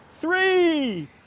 three